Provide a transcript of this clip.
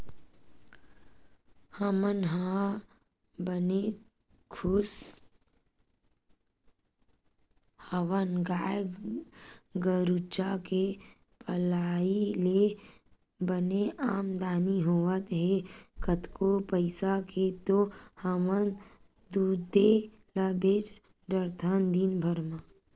हमन ह बने खुस हवन गाय गरुचा के पलई ले बने आमदानी होवत हे कतको पइसा के तो हमन दूदे ल बेंच डरथन दिनभर म